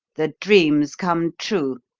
the dream's come true,